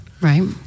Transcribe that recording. Right